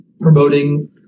promoting